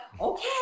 okay